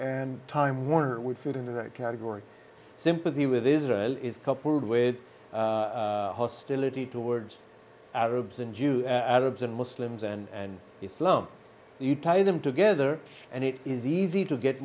and time warner would fit into that category sympathy with israel is coupled with hostility towards arabs and jews arabs and muslims and islam you tie them together and it is easy to get